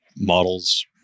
models